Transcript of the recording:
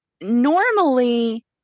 normally